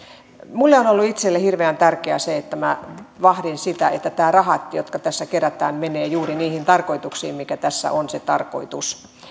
minulle on itselleni ollut hirveän tärkeää se että minä vahdin sitä että nämä rahat jotka tässä kerätään menevät juuri niihin tarkoituksiin mikä tässä on se tarkoitus